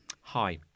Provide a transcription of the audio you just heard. hi